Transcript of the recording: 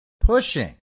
pushing